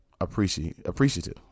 appreciative